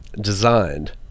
designed